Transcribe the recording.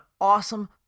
awesome